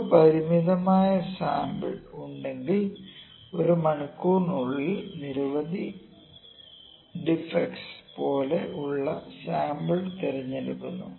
നമുക്കു പരിമിതമായ സാമ്പിൾ ഉണ്ടെങ്കിൽ ഒരു മണിക്കൂറിനുള്ളിൽ നിരവധി ഡിഫെക്ടസ് പോലെ ഉള്ള സാമ്പിൾ തിരഞ്ഞെടുക്കുന്നു